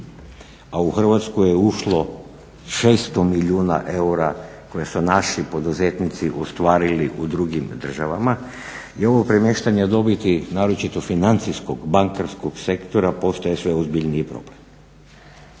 a u Hrvatsku je ušlo 600 milijuna eura koje su naši poduzetnici ostvarili u drugim državama. I ovo premještanje dobiti naročito financijskog bankarskog sektora postaje sve ozbiljniji problem.